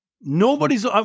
Nobody's